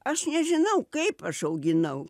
aš nežinau kaip aš auginau